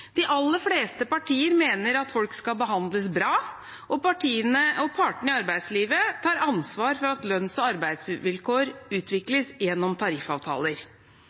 De aller fleste partier mener at folk skal behandles bra, og partene i arbeidslivet tar ansvar for at lønns- og arbeidsvilkår utvikles gjennom tariffavtaler.